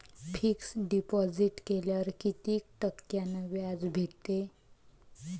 Fix deposit केल्यावर कितीक टक्क्यान व्याज भेटते?